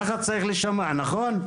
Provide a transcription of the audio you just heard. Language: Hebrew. כך זה צריך להישמע, נכון?